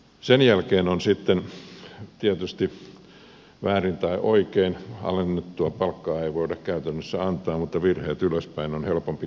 sen jälkeen sitten tietysti väärin tai oikein alennettua palkkaa ei voida käytännössä antaa mutta virheet ylöspäin on helpompi korjata